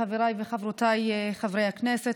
חבריי וחברותיי חברי הכנסת,